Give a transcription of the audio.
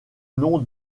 nom